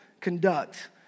conduct